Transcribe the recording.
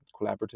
collaborative